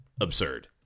absurd